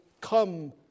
come